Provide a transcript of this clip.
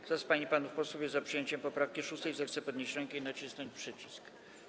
Kto z pań i panów posłów jest za przyjęciem poprawki 6., zechce podnieść rękę i nacisnąć przycisk.